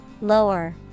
Lower